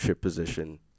position